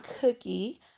Cookie